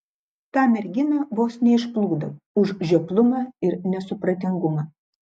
tą merginą vos neišplūdau už žioplumą ir nesupratingumą